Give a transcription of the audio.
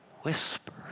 whisper